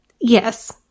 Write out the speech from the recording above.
Yes